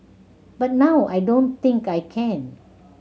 but now I don't think I can